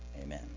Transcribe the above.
Amen